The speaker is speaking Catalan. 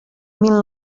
mil